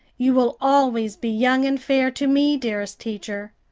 you will always be young and fair to me, dearest teacher.